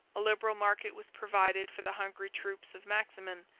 a liberal market was provided for the hungry troops of maximin,